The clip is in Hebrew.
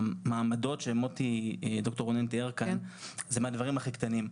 המעמדות שד"ר מוטי רונן תיאר כאן זה מהדברים הכי קטנים.